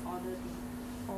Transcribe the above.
thalassemia